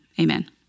amen